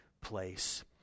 place